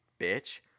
bitch